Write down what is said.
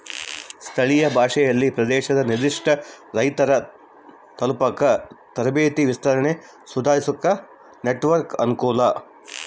ಸ್ಥಳೀಯ ಭಾಷೆಯಲ್ಲಿ ಪ್ರದೇಶದ ನಿರ್ಧಿಷ್ಟ ರೈತರ ತಲುಪಾಕ ತರಬೇತಿ ವಿಸ್ತರಣೆ ಸುಧಾರಿಸಾಕ ನೆಟ್ವರ್ಕ್ ಅನುಕೂಲ